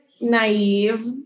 naive